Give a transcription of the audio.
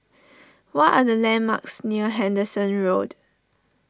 what are the landmarks near Henderson Road